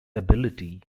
ability